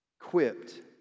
equipped